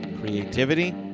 creativity